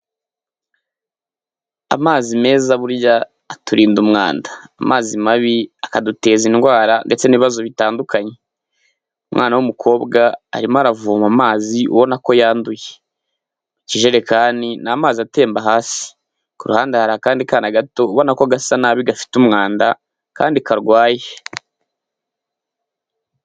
Amazi meza burya aturinda umwanda, amazi mabi akaduteza indwara ndetse n'ibibazo bitandukanye. Umwana w'umukobwa arimo aravoma amazi ubona ko yanduye, ikijerekani ni amazi atemba hasi ku ruhande hari akandi gato ubona ko gasa nabi gafite umwanda kandi karwaye.